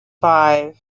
five